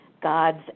god's